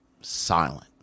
silent